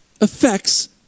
affects